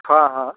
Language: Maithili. हँ हँ